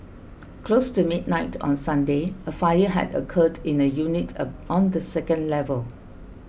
close to midnight on Sunday a fire had occurred in a unit on the second level